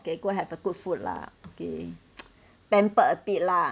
okay go have the good food lah okay pampered a bit lah